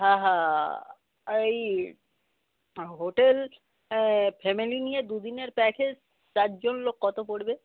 হ্যাঁ হ্যাঁ এই হোটেল ফ্যামিলি নিয়ে দু দিনের প্যাকেজ চারজন লোক কতো পড়বে